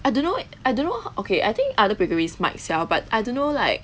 I don't know eh I don't know how okay I think other bakeries might sell but I don't know like